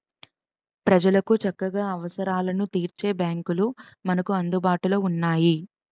ప్రజలకు చక్కగా అవసరాలను తీర్చే బాంకులు మనకు అందుబాటులో ఉన్నాయి